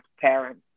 parents